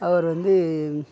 அவர் வந்து